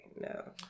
no